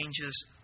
changes